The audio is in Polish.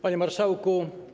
Panie Marszałku!